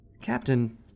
Captain